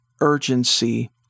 urgency